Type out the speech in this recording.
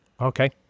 Okay